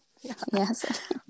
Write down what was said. yes